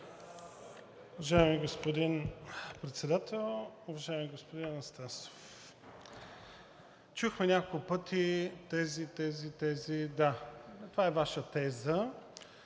Уважаеми господин Председател! Уважаеми господин Анастасов, чухме няколко пъти тези, тези, тези – да, това е Ваша теза.